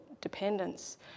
dependence